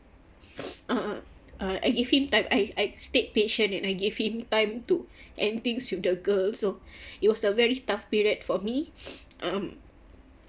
uh I I give him time I I stayed patient and I gave him time to end things with the girl so it was a very tough period for me um